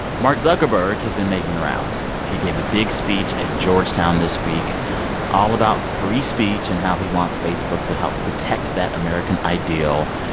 mark zuckerberg has been making the rounds. he gave a big speech at georgetown this week all about free speech and how he wants facebook to help protect that american ideal.